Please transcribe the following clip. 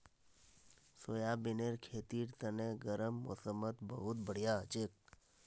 सोयाबीनेर खेतीर तने गर्म मौसमत बहुत बढ़िया हछेक